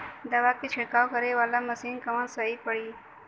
दवा के छिड़काव करे वाला मशीन कवन सही पड़ी?